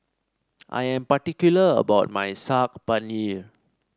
I am particular about my Saag Paneer